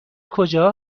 کجا